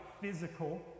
physical